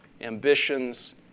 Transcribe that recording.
ambitions